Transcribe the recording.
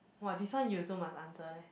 !wah! this one you also must answer leh